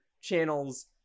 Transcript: channels